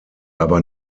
aber